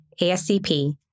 ASCP